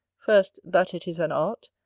first, that it is an art,